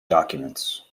documents